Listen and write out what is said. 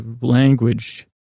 language